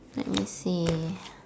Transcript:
let me see